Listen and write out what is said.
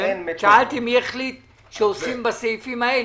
שאלתי מי החליט שעושים את הקיצוץ בסעיפים האלה.